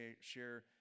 share